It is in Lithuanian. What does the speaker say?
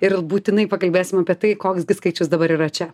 ir būtinai pakalbėsim apie tai koks gi skaičius dabar yra čia